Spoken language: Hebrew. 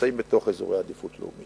נמצאים בתוך אזורי עדיפות לאומית.